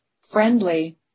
friendly